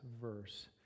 verse